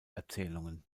erzählungen